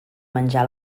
menjar